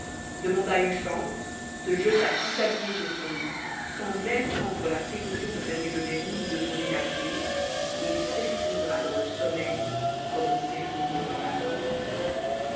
demanda une chambre se jeta tout habillé sur son lit sans même prendre la précaution de fermer le verrou ni de tourner la clef et s'effondra dans le sommeil comme on s'effondre dans la mort